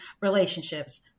relationships